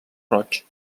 roig